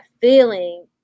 feeling